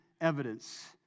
evidence